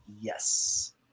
Yes